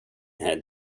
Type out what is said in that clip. had